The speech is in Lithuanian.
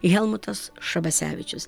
helmutas šabasevičius